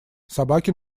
собаки